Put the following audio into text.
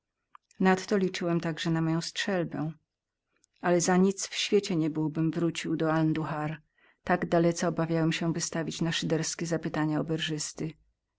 nadto liczyłem także na moją strzelbę ale za nic w świecie niebyłbym wrócił do anduhar tak dalece obawiałem się wystawić na szyderskie zapytania